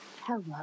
Hello